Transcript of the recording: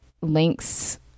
links